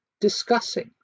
discussing